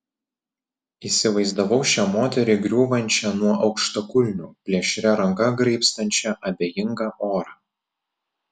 įsivaizdavau šią moterį griūvančią nuo aukštakulnių plėšria ranka graibstančią abejingą orą